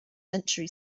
century